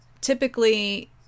Typically